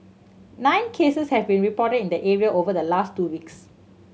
nine cases have been reported in the area over the last two weeks